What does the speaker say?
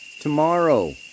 tomorrow